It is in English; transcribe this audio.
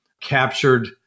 captured